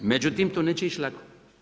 Međutim, to neće ići lako.